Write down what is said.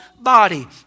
body